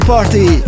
Party